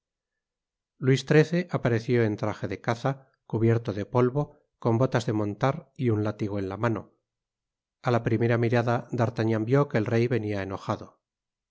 luis xiii apareció en traje de caza cubierto de polvo con botas de montar y un látigo en la mano a la primera mirada d'artagnan vió que el rey venia enojado